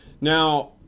Now